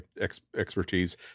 expertise